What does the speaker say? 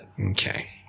Okay